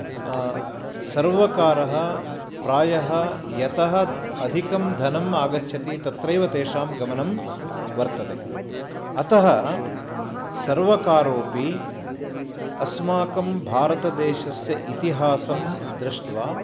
सर्वकारः प्रायः यतः अधिकं धनम् आगच्छति तत्रैव तेषां गमनं वर्तते अतः सर्वकारोपि अस्माकं भारतदेशस्य इतिहासं दृष्ट्वा